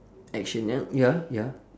action ya ya ya